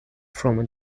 from